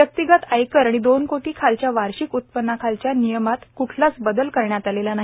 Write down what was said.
व्यक्तीगत आयकर आणि दोन कोटी खाली वार्षिक उत्पनाखालच्या नियमात क्ठलाच बदल करण्यात आलेला नाही